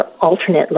alternate